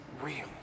real